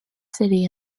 city